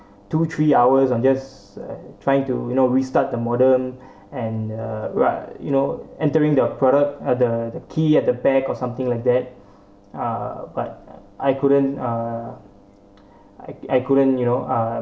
two three hours on just uh trying to you know restart the modem and uh right you know entering their product or the they key at the back or something like that ah but I couldn't uh I I couldn't you know uh